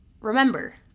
remember